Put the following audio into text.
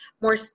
more